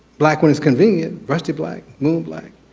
black when it's convenient, rusty black, moon black,